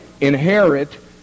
inherit